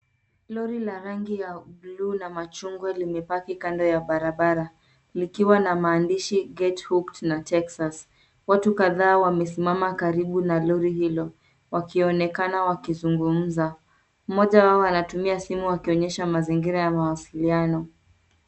Lori la rangi ya buluu na machungwa limepaki kando ya barabara, likiwa na maandishi Get Hooked na Texas . Watu kadhaa wamesimama karibu na lori hilo; wakionekana wakizungumza. Mmoja wao anatumia simu akionyesha mazingira ya mawasiliano.